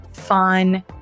fun